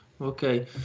okay